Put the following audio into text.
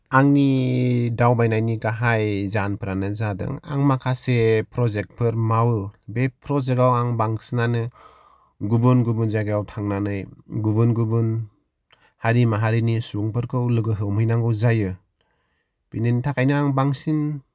आंनि दावबायनायनि गाहाय जाहोनफोरानो जादों आं माखासे प्रजेक्तफोर मावो बे प्रजेक्ताव आं बांसिनानो गुबुन गुबुन जायगायाव थांनानै गुबुन गुबुन हारि माहारिनि सुबुंफोरखौ लोगो हमहैनांगौ जायो बेनि थाखायनो आं बांसिन